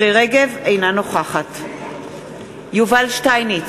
אינה נוכחת יובל שטייניץ,